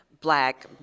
black